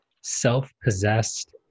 self-possessed